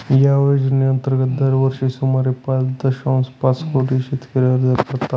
या योजनेअंतर्गत दरवर्षी सुमारे पाच दशांश पाच कोटी शेतकरी अर्ज करतात